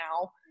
now